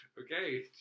Okay